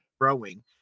growing